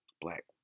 black